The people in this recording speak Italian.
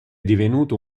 divenuto